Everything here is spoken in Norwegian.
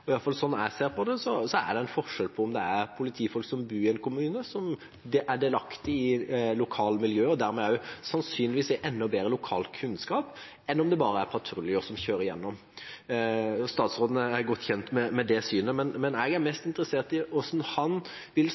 jeg ser på det, er det forskjell på politi som bor i en kommune – som er delaktige i lokalmiljøet og med veldig god lokalkunnskap – og patruljer som bare kjører gjennom. Statsråden er godt kjent med det synet. Jeg er mest interessert i å vite hva han vil